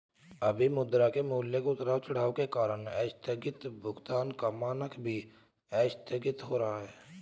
अभी मुद्रा के मूल्य के उतार चढ़ाव के कारण आस्थगित भुगतान का मानक भी आस्थगित हो रहा है